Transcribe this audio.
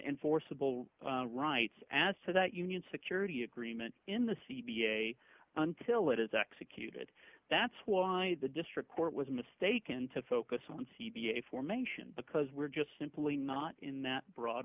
enforceable rights as to that union security agreement in the c v a until it is executed that's why the district court was mistaken to focus on c b a formation because we're just simply not in that broad